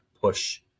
push